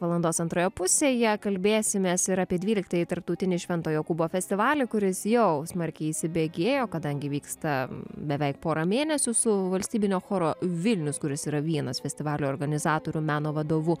valandos antroje pusėje kalbėsimės ir apie dvyliktąjį tarptautinį švento jokūbo festivalį kuris jau smarkiai įsibėgėjo kadangi vyksta beveik porą mėnesių su valstybinio choro vilnius kuris yra vienas festivalio organizatorių meno vadovu